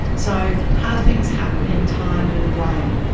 so how things happen in time in the brain.